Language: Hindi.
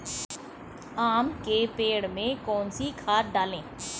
आम के पेड़ में कौन सी खाद डालें?